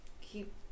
keep